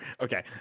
okay